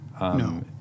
No